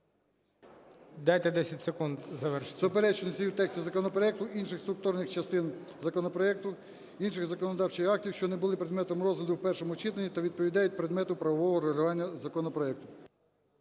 Дайте 10 секунд завершити.